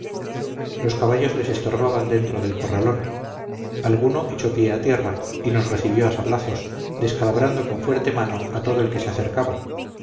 los caballos les estorbaban dentro del corralón alguno echó pie a tierra y nos recibió a sablazos descalabrando con fuerte mano a todo el que se acercaba